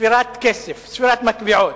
ספירת כסף, ספירת מטבעות,